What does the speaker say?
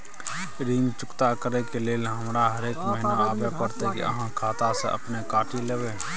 ऋण चुकता करै के लेल हमरा हरेक महीने आबै परतै कि आहाँ खाता स अपने काटि लेबै?